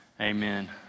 Amen